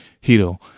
hito